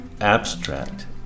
abstract